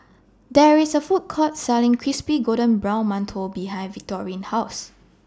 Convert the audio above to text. There IS A Food Court Selling Crispy Golden Brown mantou behind Victorine's House